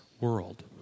world